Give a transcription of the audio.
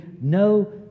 no